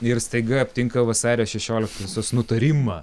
ir staiga aptinka vasario šešioliktosios nutarimą